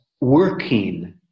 working